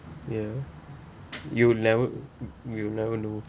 ya you'll never you'll never know